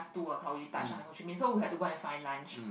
two O-clock we touch in Ho-Chi-Minh so we had to go and find lunch